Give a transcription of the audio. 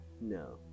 no